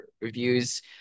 reviews